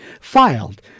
filed